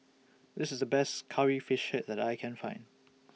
This IS The Best Curry Fish Head that I Can Find